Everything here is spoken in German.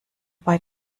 bei